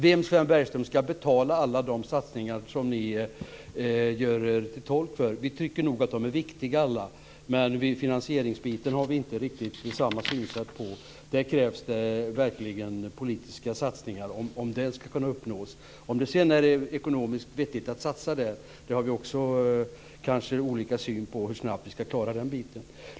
Vem, Sven Bergström, ska betala alla de satsningar som ni vill ha? Vi tycker nog alla att de är viktiga, men finansieringsbiten har vi inte riktigt samma syn på. Där krävs det verkligen politiska satsningar om detta ska kunna uppnås. Om det sedan är ekonomiskt vettigt att satsa där, och hur snabbt vi ska klara den biten, har vi kanske också olika syn på.